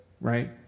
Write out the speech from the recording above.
right